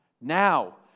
Now